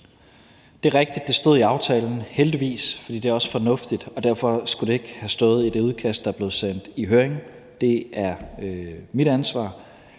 Det er rigtigt, at det stod i aftalen – heldigvis – for det er også fornuftigt, og derfor skulle det ikke have stået i det udkast, der blev sendt i høring. Det er mit ansvar.